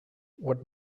what